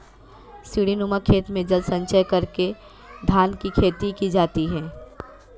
सीढ़ीनुमा खेत में जल संचय करके धान की खेती की जाती है